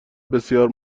بسیار